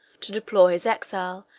to deplore his exile,